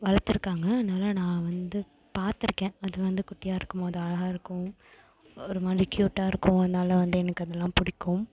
வளத்திருக்காங்க அதனால் நான் வந்து பார்த்துருக்கேன் அது வந்து குட்டியாக இருக்கும்போது அழகாக இருக்கும் ஒரு மாதிரி க்யூட்டாக இருக்கும் அதனால் வந்து எனக்கு அதெல்லாம் பிடிக்கும்